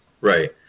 Right